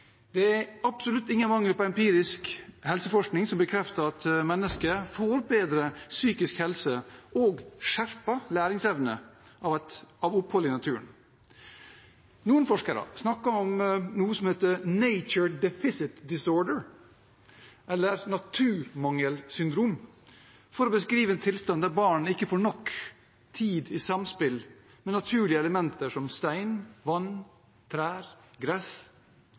Det er absolutt ingen mangel på empirisk helseforskning som bekrefter at mennesket får bedre psykisk helse og skjerpet læringsevne av opphold i naturen. Noen forskere snakker om noe som heter «Nature Deficit Disorder», eller naturmangelsyndrom, for å beskrive en tilstand der barn ikke får nok tid i samspill med naturlige elementer som stein, vann, trær og gress.